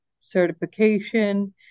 certification